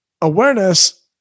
awareness